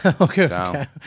Okay